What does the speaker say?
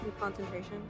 concentration